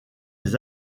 des